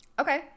Okay